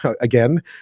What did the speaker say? again